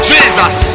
Jesus